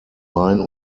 main